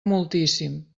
moltíssim